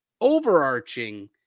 overarching